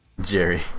Jerry